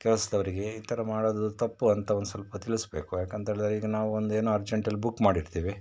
ಕೆಲಸದವರಿಗೆ ಈ ಥರ ಮಾಡೋದು ತಪ್ಪು ಅಂತ ಒಂದು ಸ್ವಲ್ಪ ತಿಳಿಸ್ಬೇಕು ಯಾಕಂಥೇಳಿದ್ರೆ ಈಗ ನಾವು ಒಂದೇನೋ ಅರ್ಜೆಂಟಲ್ಲಿ ಬುಕ್ ಮಾಡಿರ್ತೀವಿ